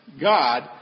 God